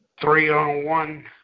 three-on-one